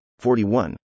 41